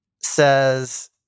says